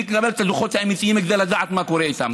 ונקבל את הדוחות האמיתיים כדי לדעת מה קורה איתם.